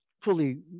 fully